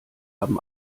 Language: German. haben